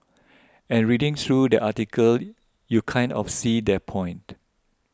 and reading through their article you kind of see their point